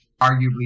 arguably